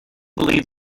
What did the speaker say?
believe